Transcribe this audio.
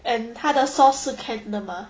and 他的 sauce 是 can 的 mah